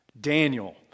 Daniel